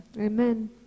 Amen